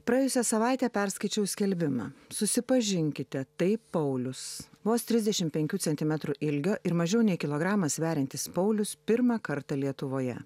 praėjusią savaitę perskaičiau skelbimą susipažinkite tai paulius vos trisdešim penkių centimetrų ilgio ir mažiau nei kilogramą sveriantis paulius pirmą kartą lietuvoje